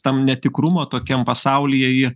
tam netikrumo tokiam pasaulyje ji